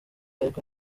ariko